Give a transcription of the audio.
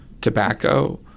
tobacco